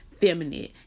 feminine